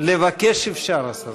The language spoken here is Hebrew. לבקש אפשר.